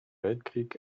weltkrieg